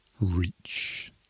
reach